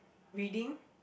reading